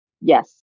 Yes